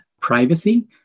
privacy